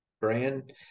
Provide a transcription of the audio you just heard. brand